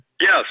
Yes